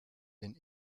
den